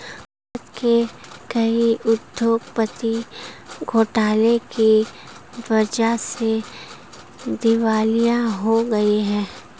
भारत के कई उद्योगपति घोटाले की वजह से दिवालिया हो गए हैं